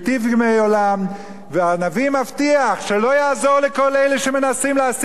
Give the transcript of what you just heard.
והנביא מבטיח שלא יעזור לכל אלה שמנסים להסית נגד התורה ולומדיה: